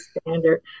standard